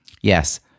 Yes